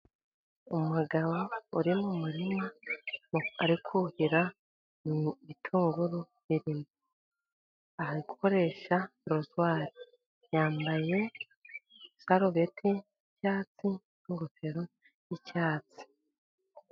Umugabo uri mu murima ari kuhira ibitunguru birimo ari gukoresha rozwari yambaye isarubeti y'icyatsi n'ingofero y'icyatsi